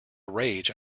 rage